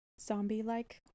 zombie-like